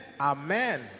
Amen